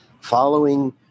following